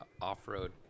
off-road